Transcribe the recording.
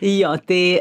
jo tai